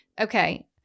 Okay